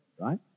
Right